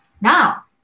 now